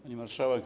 Pani Marszałek!